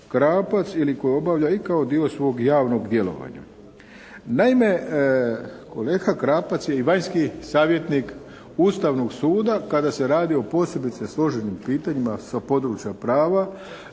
Krapac ili koju je obavljao i kao dio svog javnog djelovanja. Naime kolega Krapac je i vanjski savjetnik Ustavnog suda kada se radi o posebice složenim pitanjima sa područja prava